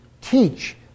teach